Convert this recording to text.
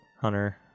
Hunter